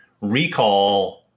recall